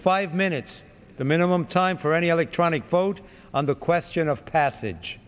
five minutes the minimum time for any electronic vote on the question of passage